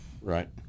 Right